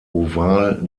oval